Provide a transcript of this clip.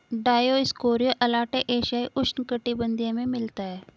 Dioscorea alata एशियाई उष्णकटिबंधीय में मिलता है